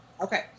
Okay